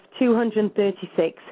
236